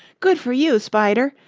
good for you, spider,